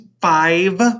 five